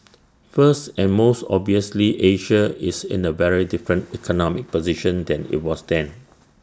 first and most obviously Asia is in A very different economic position than IT was then